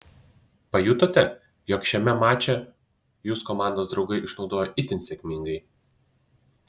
pajutote jog šiame mače jus komandos draugai išnaudojo itin sėkmingai